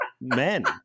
men